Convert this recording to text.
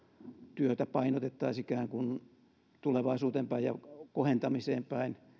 työtä painotettaisiin ikään kuin tulevaisuuteen päin ja kohentamiseen päin